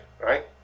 right